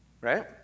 right